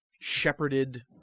shepherded